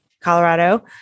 Colorado